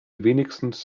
wenigstens